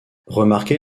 remarquer